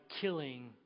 killing